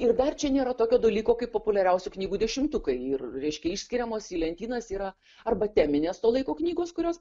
ir dar čia nėra tokio dalyko kaip populiariausių knygų dešimtukai ir reiškia išskiriamos į lentynas yra arba teminės to laiko knygos kurios